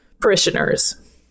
parishioners